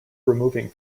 removing